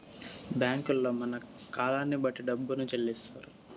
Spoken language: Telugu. బ్యాంకుల్లో మన కాలాన్ని బట్టి డబ్బును చెల్లిత్తారు